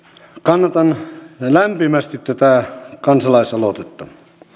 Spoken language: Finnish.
kannatan lämpimästi tätä kansalaisaloitetta